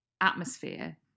atmosphere